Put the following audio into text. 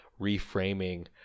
reframing